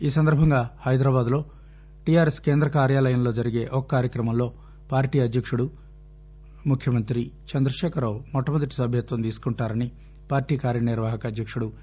ఈ సందర్భంగా హైదరాబాద్ లోని టిఆర్ఎస్ కేంద్ర కార్యాలయంలో జరిగే ఒక కార్యక్రమంలో పార్టీ అధ్యక్షుడు ముఖ్యమంతి చంద్రశేఖరరావు మొట్టమొదటి సభ్యత్వం తీసుకుంటారని పార్టీ కార్యనిర్వాహక అధ్యక్షుడు కె